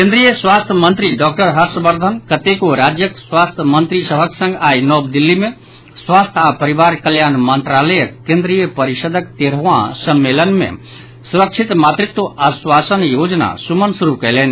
केन्द्रीय स्वास्थ्य मंत्री डॉक्टर हर्षवर्द्वन कतेको राज्यक स्वास्थ्य मंत्री सभक संग आइ नव दिल्ली मे स्वास्थ्य आ परिवार कल्याण मंत्रालयक केन्द्रीय परिषदक तेरहवाँ सम्मेलन मे सुरक्षित मातृत्व आश्वासन योजना सुमन शुरू कयलनि